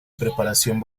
preparación